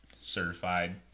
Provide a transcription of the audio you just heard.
Certified